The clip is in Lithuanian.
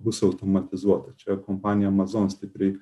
bus automatizuota čia kompanija amazon stipriai